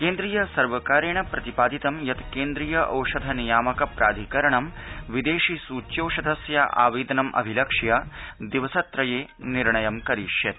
केन्द्रीय सर्वकारेण प्रतिपादितं यत् केन्द्रीय औषध नियामक प्राधिकरण विदेशि सूच्यौषधस्य आवेदनं अभिलक्ष्य त्रिदिवसेष् निर्णयं करिष्यति